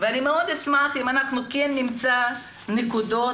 ואני מאוד אשמח אם נמצא נקודות